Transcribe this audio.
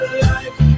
life